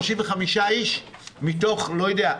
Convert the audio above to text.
35 איש מתוך לא יודע,